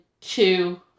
two